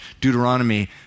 Deuteronomy